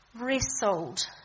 wrestled